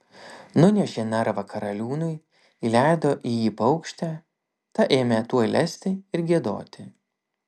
nunešė narvą karaliūnui įleido į jį paukštę ta ėmė tuoj lesti ir giedoti